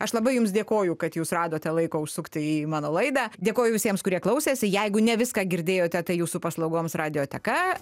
aš labai jums dėkoju kad jūs radote laiko užsukti į mano laidą dėkoju visiems kurie klausėsi jeigu ne viską girdėjote tai jūsų paslaugoms radioteka